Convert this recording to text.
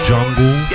Jungle